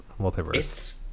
multiverse